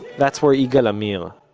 that's where yigal amir,